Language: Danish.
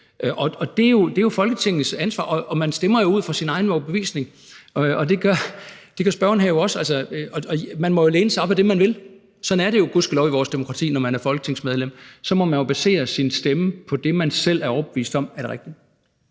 Det er Folketingets ansvar, og man stemmer ud fra sin egen overbevisning, og det gør spørgeren jo også. Man må læne sig op ad det, man vil, sådan er det jo gudskelov i vores demokrati – når man er folketingsmedlem, må man jo basere sin stemme på det, man selv er overbevist om er det rigtige.